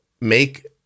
make